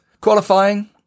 Qualifying